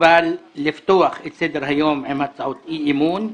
מקובל לפתוח את סדר-היום עם הצעות אי אמון,